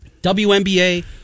WNBA